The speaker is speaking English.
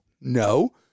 No